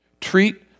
Treat